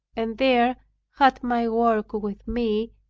and there had my work with me,